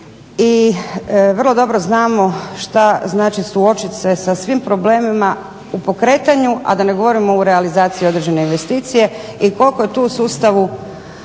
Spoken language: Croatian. i vrlo dobro znamo što znači suočiti se sa svim problemima u pokretanju, a da ne govorimo u realizaciji određene investicije i koliko je to u sustavu